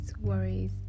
worries